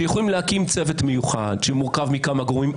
שיכולים להקים צוות מיוחד שמורכב מכמה גורמים.